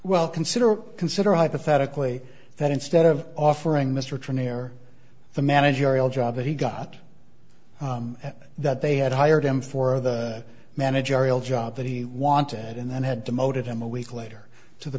well consider consider hypothetically that instead of offering mr turner the managerial job that he got at that they had hired him for the managerial job that he wanted and then had demoted him a week later to the